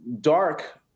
dark